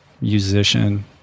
musician